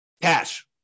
Cash